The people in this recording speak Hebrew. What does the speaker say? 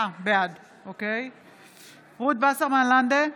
בעד רות וסרמן לנדה,